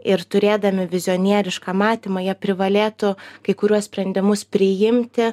ir turėdami vizionierišką matymą jie privalėtų kai kuriuos sprendimus priimti